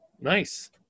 Nice